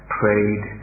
prayed